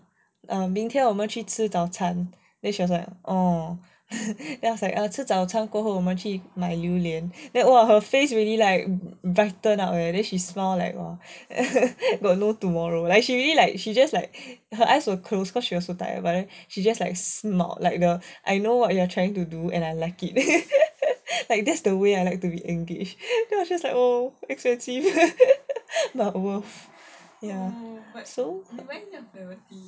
err 明天我们去吃早餐 then she was like orh then I was like 吃早餐过后我们去买榴莲 !wah! then her face really like brighten up eh then she smiled like got no tomorrow like she really like she just like her eyes were closed cause she was so tired but then she just like smiled like the I know what you are trying to do and I like it like that's the way I like to be engaged then I was just like oh expensive but worth so